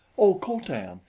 oh, co-tan,